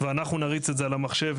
ואנחנו נריץ את זה על המחשב,